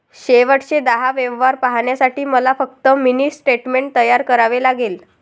शेवटचे दहा व्यवहार पाहण्यासाठी मला फक्त मिनी स्टेटमेंट तयार करावे लागेल